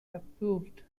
approved